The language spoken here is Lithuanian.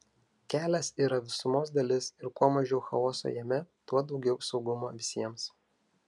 kelias yra visumos dalis ir kuo mažiau chaoso jame tuo daugiau saugumo visiems